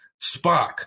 Spock